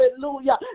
hallelujah